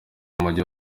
umujyi